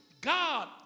God